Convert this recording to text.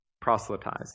proselytize